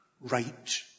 right